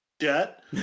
Jet